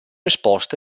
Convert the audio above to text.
esposte